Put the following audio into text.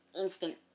instant